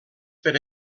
per